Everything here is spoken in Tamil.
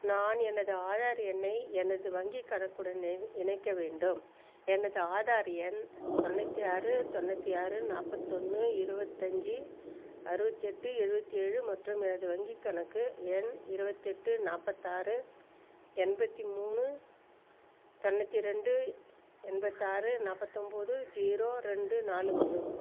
நான் எனது ஆதார் எண்ணை எனது வங்கிக் கணக்குடன் இ இணைக்க வேண்டும் எனது ஆதார் எண் தொண்ணூற்றி ஆறு தொண்ணூற்றி ஆறு நாற்பத்தொன்னு இருவத்தஞ்சு அறுபத்தெட்டு எழுபத்தி ஏழு மற்றும் எனது வங்கிக் கணக்கு எண் இருவத்தெட்டு நாற்பத்தாறு எண்பத்தி மூணு தொண்ணூற்றி ரெண்டு எண்பத்தாறு நாற்பத்தொம்போது ஜீரோ ரெண்டு நாலு ஒன்று